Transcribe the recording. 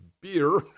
beer